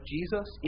Jesus